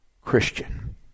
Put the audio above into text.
Christian